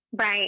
Right